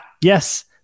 yes